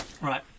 Right